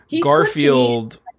Garfield